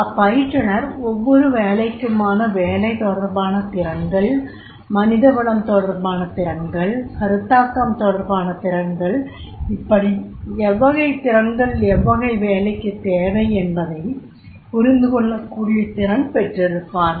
அப்பயிற்றுனர் ஒவ்வொரு வேலைக்குமான வேலை தொடர்பான திறன்கள் மனித வளம் தொடர்பான திறன்கள் கருத்தாக்கம் தொடர்பான திறன்கள் இப்படி எவ்வகைத் திறன்கள் எவ்வகை வேலைக்குத் தேவை என்பதைப் புரிந்துகொள்ளக்கூடிய திறன் பெற்றிருப்பார்